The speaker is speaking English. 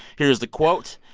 here's the, quote,